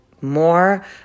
more